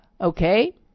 Okay